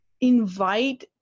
invite